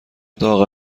داغ